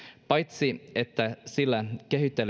paitsi että sillä